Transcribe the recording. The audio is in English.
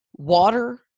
Water